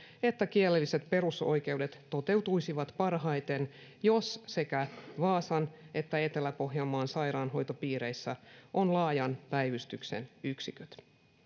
että kielelliset perusoikeudet toteutuisivat parhaiten jos sekä vaasan että etelä pohjanmaan sairaanhoitopiireissä on laajan päivystyksen yksiköt